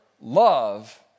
love